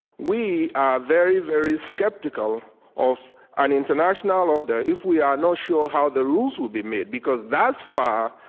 we very, very skeptical of an international order if we are not sure how the rules will be made, because thus far,